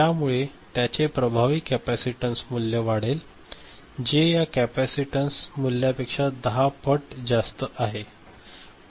यामुळे त्याचे प्रभावी कॅपेसिटन्स मूल्य वाढेल जे या कॅपेसिटन्स मूल्यापेक्षा 10 पट जास्त आहे